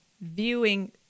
viewing